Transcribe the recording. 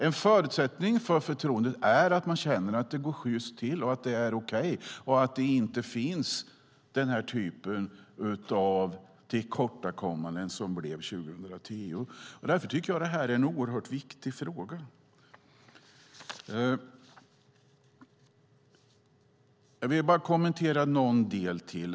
En förutsättning för förtroendet är att man känner att det går sjyst till och att det är okej. Den typ av tillkortakommande som det blev 2010 får inte förekomma. Därför tycker jag att detta är en oerhört viktig fråga. Jag vill kommentera en sak till.